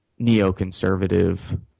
neoconservative